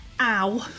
Ow